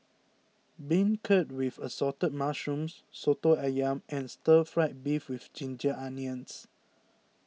Beancurd with Assorted Mushrooms Soto Ayam and Stir Fried Beef with Ginger Onions